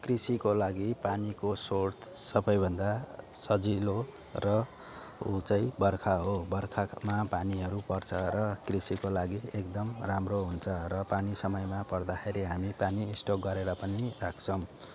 कृषिको लागि पानीको सोर्स सबैभन्दा सजिलो र उ चाहिँ बर्खा हो बर्खामा पानीहरू पर्छ र कृषिको लागि एकदम राम्रो हुन्छ र पानी समयमा पर्दाखेरि हामी पानी स्टोक गरेर पनि राख्छौँ